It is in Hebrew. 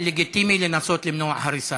לגיטימי לנסות למנוע הריסה.